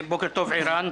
בוקר טוב, ערן.